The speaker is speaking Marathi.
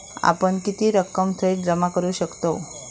आपण किती रक्कम थेट जमा करू शकतव?